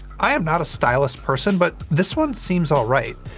i am not a stylus person, but this one seems all right.